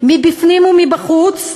מבפנים ומבחוץ,